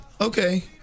Okay